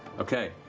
okay,